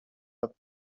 but